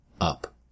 up